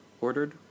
ordered